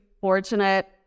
fortunate